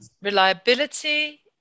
reliability